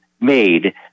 made